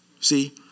See